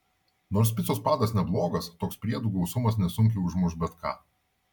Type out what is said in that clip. nors picos padas neblogas toks priedų gausumas nesunkiai užmuš bet ką